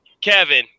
Kevin